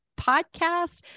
podcast